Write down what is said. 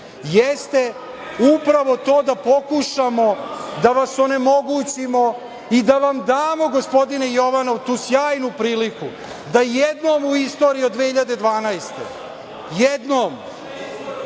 jeste upravo to da pokušamo da vas onemogućimo i da vam damo, gospodine Jovanov, tu sjajnu priliku da jednom u istoriji od 2012. godine